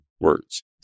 words